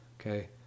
Okay